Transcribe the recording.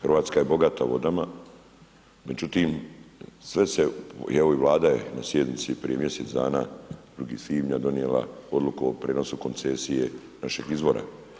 Hrvatska je bogata vodama, međutim sve se, i ova Vlada je na sjednici prije mjesec dana iz svibnja donijela odluku o prijenosu koncesije našeg izvora.